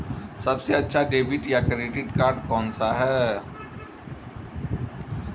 सबसे अच्छा डेबिट या क्रेडिट कार्ड कौन सा है?